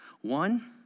One